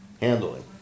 handling